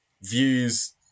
Views